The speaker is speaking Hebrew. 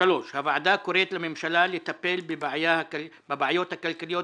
הוועדה קוראת לממשלה לטפל בבעיות הכלכליות